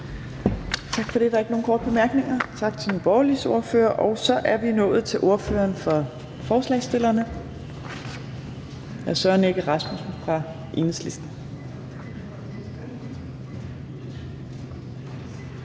Der er ikke nogen korte bemærkninger. Tak til Nye Borgerliges ordfører. Og så er vi nået til ordføreren for forslagsstillerne, hr. Søren Egge Rasmussen fra Enhedslisten.